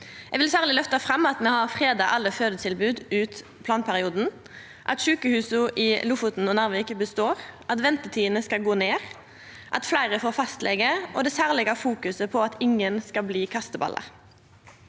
Eg vil særleg løfta fram at me har freda alle fødetilboda ut planperioden, at sjukehusa i Lofoten og Narvik består, at ventetidene skal gå ned, at fleire får fastlege, og det særlege fokuset på at ingen skal bli kasteballar.